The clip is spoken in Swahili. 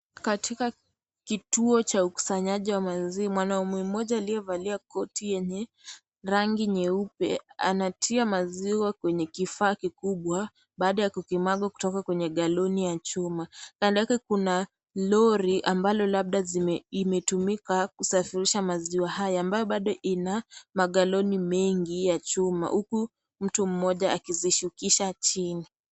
Katika kituo cha ukusanyaji wa maziwa mwanaume mmoja aliyevalia koti yenye rangi nyeupe anatia maziwa kwenye kifaa kikubwa baada ya kukimagwa kutoka kwenye galoni ya chuma. Kando yake kuna lori ambalo labda imetumika kusafirisha maziwa haya ambayo bado ina magaloni mengi ya chuma huku mtu mmoja akizishukisha chini.